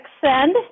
send